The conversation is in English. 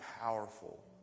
powerful